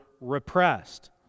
repressed